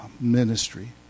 ministry